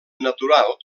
natural